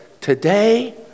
today